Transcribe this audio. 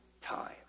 time